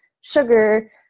sugar